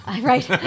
Right